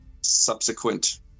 subsequent